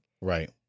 Right